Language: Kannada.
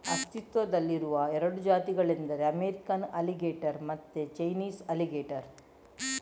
ಅಸ್ತಿತ್ವದಲ್ಲಿರುವ ಎರಡು ಜಾತಿಗಳೆಂದರೆ ಅಮೇರಿಕನ್ ಅಲಿಗೇಟರ್ ಮತ್ತೆ ಚೈನೀಸ್ ಅಲಿಗೇಟರ್